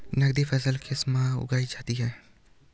नकदी फसल किस माह उगाई जाती है?